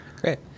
Great